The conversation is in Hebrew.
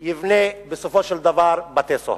יבנה בסופו של דבר בתי-סוהר.